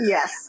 Yes